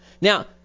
Now